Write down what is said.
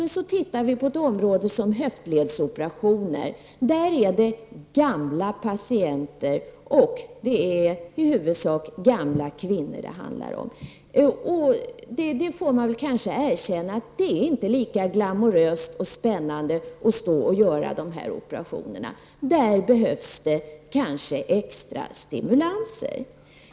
När det däremot gäller höftledsoperationer består patienterna av gamla människor. Det rör sig i huvudsak om gamla kvinnor. Då får man kanske erkänna att det inte är lika glamoröst och spännande att stå och göra dessa operationer. På det området behövs det kanske extra stimulans.